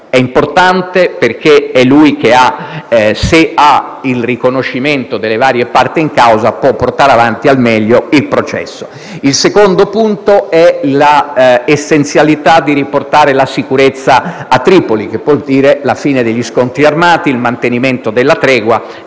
È importante, perché se lui ha il riconoscimento delle varie parti in causa, può portare avanti al meglio il processo. Il secondo punto è l'essenzialità di riportare la sicurezza a Tripoli, che vuol dire la fine degli scontri armati, il mantenimento della tregua